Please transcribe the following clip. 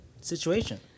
situation